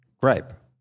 gripe